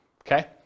Okay